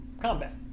combat